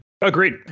Agreed